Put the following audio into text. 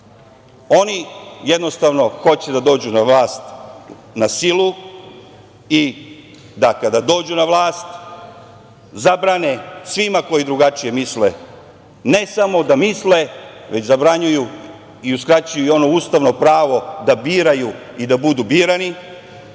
Oni jednostavno hoće da dođu na vlast na silu i da kada dođu na vlast zabrane svima koji drugačije misle ne samo da misle, već zabranjuju i uskraćuju i ono ustavno pravo da biraju i da budu birani.